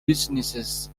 businesses